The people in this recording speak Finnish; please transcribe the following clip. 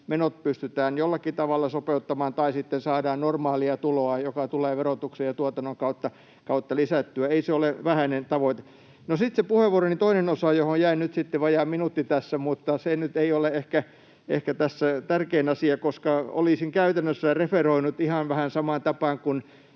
menot pystytään jollakin tavalla sopeuttamaan, tai sitten saadaan normaalia tuloa, joka tulee verotuksen ja tuotannon kautta lisättyä. Ei se ole vähäinen tavoite. No, sitten on se puheenvuoroni toinen osa, johon jäi nyt sitten vajaa minuutti tässä, mutta se nyt ei ole ehkä tässä tärkein asia, koska olisin käytännössä referoinut ihan vähän samaan tapaan kuin